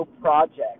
Project